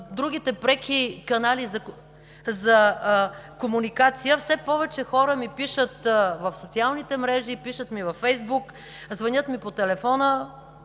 другите преки канали за комуникация. Все повече хора ми пишат в официалните мрежи, пишат ми във Фейсбук, звънят ми по телефона,